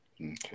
Okay